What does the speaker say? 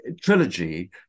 trilogy